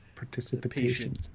participation